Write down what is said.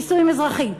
נישואים אזרחיים.